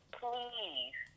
please